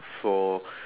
for